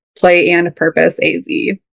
playandpurposeaz